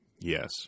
Yes